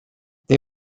they